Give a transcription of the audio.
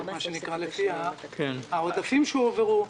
לפי העודפים שהועברו,